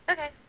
Okay